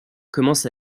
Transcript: commence